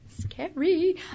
Scary